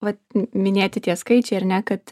vat minėti tie skaičiai ar ne kad